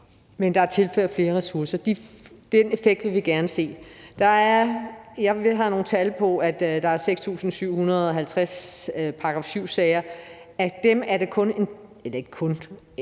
men der er tilført flere ressourcer – effekten af det vil vi gerne se. Jeg har nogle tal på, at der er 6.750 § 7-sager, og af dem er der en